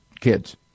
kids